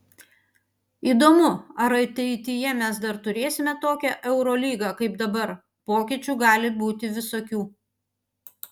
įdomu ar ateityje mes dar turėsime tokią eurolygą kaip dabar pokyčių gali būti visokių